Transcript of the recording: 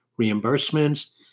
reimbursements